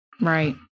Right